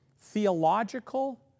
theological